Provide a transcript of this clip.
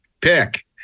pick